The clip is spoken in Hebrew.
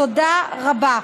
תודה רבה.